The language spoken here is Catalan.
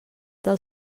del